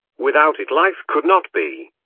without it life could not be.